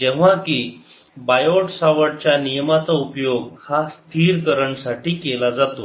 जेव्हा की Biot Savart नियमाचा उपयोग हा स्थिर करंटसाठी केला जातो